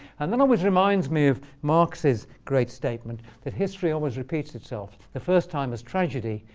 and that always reminds me of marx's great statement that history always repeats itself. the first time is tragedy.